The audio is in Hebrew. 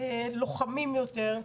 לוחמים יותר.